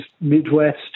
Midwest